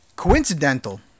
Coincidental